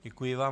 Děkuji vám.